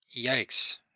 yikes